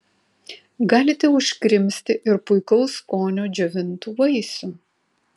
galite užkrimsti ir puikaus skonio džiovintų vaisių